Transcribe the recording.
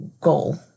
goal